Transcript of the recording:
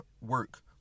work